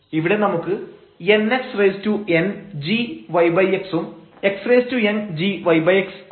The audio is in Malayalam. ഇവിടെ നമുക്ക് nxngyx ഉം xngyx ഉണ്ട്